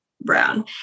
Brown